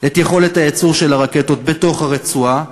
את יכולת הייצור של הרקטות בתוך הרצועה,